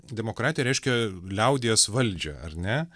demokratija reiškia liaudies valdžią ar ne